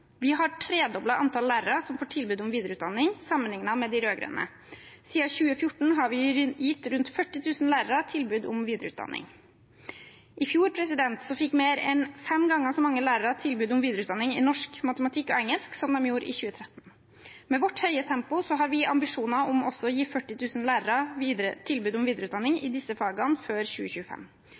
Vi har tredoblet antallet lærere som får tilbud om videreutdanning, sammenlignet med de rød-grønne. Siden 2014 har vi gitt rundt 40 000 lærere tilbud om videreutdanning. I fjor fikk mer enn fem ganger så mange lærere tilbud om videreutdanning i norsk, matematikk og engelsk som i 2013. Med vårt høye tempo har vi ambisjoner om også å gi 40 000 lærere tilbud om videreutdanning i disse fagene før 2025.